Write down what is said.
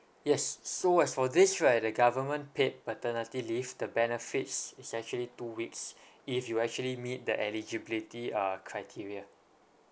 yes so as for this right the government paid paternity leave the benefits is actually two weeks if you actually meet the eligibility uh criteria